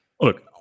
look